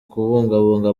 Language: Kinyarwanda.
kubungabunga